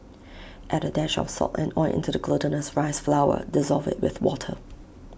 add A dash of salt and oil into the glutinous rice flour dissolve IT with water